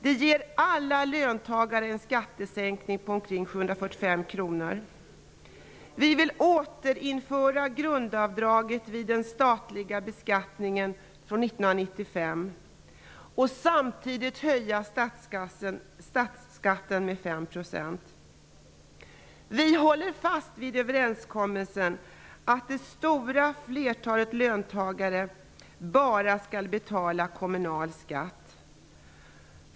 Det ger alla löntagare en skattesänkning på omkring 745 kr. Vi vill återinföra grundavdraget vid den statliga beskattningen från 1995 och samtidigt höja statsskatten med 5 %. Vi håller fast vid överenskommelsen om att det stora flertalet löntagare bara skall betala kommunal skatt.